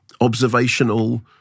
observational